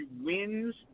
wins